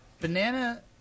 banana